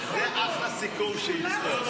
סולומון,